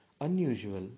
unusual